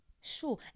Sure